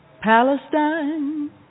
Palestine